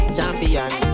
Champion